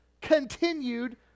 continued